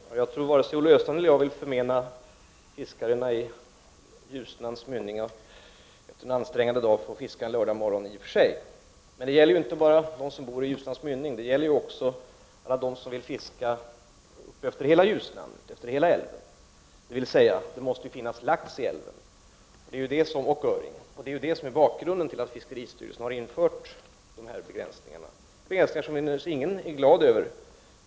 Fru talman! Jag tror att varken Olle Östrand eller jag vill förmena dem som fiskar vid Ljusnans mynning rätten att en lördagmorgon efter en ansträngande dag få gå ned och fiska. Men detta gäller inte bara dem som bor vid Ljusnans mynning utan också alla dem som vill fiska uppefter hela Ljusnan, för vi måste ju se till att det finns lax och öring i älven. Det är bakgrunden till fiskeristyrelsens begränsningar här — begränsningar som naturligtvis ingen är glad över.